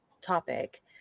topic